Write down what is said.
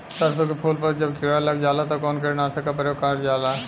सरसो के फूल पर जब किड़ा लग जाला त कवन कीटनाशक क प्रयोग करल जाला?